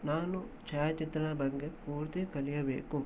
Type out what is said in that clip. ನಾನು ಛಾಯಾಚಿತ್ರದ ಬಗ್ಗೆ ಪೂರ್ತಿ ಕಲಿಯಬೇಕು